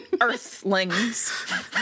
earthlings